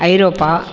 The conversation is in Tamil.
ஐரோப்பா